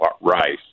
Rice